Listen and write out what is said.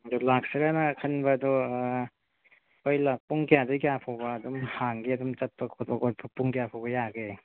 ꯑꯗꯣ ꯂꯥꯛꯁꯤꯔꯥꯅ ꯈꯟꯕ ꯑꯗꯣ ꯍꯣꯏ ꯄꯨꯡ ꯀꯌꯥꯗꯒꯤ ꯀꯌꯥ ꯐꯥꯎꯕ ꯑꯗꯨꯝ ꯍꯥꯡꯒꯦ ꯑꯗꯨꯝ ꯆꯠꯄ ꯈꯣꯠꯄ ꯄꯨꯡ ꯀꯌꯥ ꯐꯥꯎꯕ ꯌꯥꯒꯦ